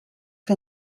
que